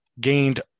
Gained